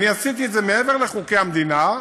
אני עשיתי את זה מעבר לחוקי המדינה,